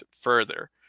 further